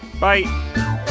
Bye